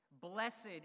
Blessed